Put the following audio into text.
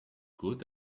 good